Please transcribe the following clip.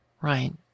Right